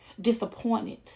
Disappointed